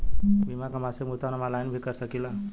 बीमा के मासिक भुगतान हम ऑनलाइन भी कर सकीला?